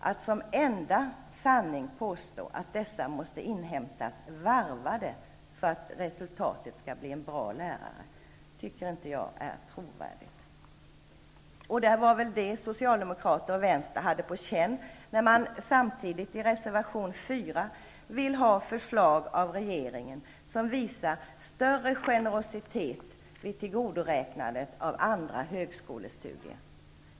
Att som enda sanning påstå att dessa kunskaper måste inhämtas varvade för att resultatet skall bli en bra lärare är enligt min mening inte trovärdigt. Det var väl det Socialdemokraterna och vänstern hade på känn när de samtidigt i reservation 4 vill att regeringen skall ge förslag som visar större generositet vid tillgodoräknandet av andra högskolestudier.